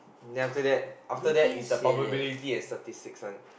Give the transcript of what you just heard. then after that after that is the probability and statistics one